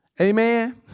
Amen